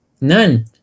none